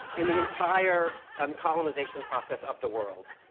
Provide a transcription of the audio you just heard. in the entire um colonization process of the world.